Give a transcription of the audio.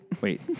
Wait